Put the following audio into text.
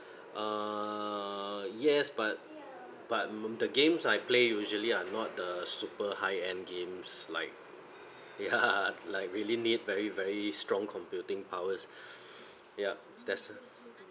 err yes but but the games I play usually are not the super high end games like ya like really need very very strong computing powers ya that's